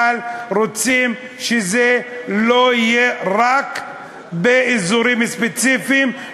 אבל רוצים שזה לא יהיה רק באזורים ספציפיים,